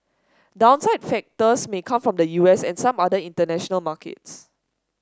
downside factors may come from the U S and some other international markets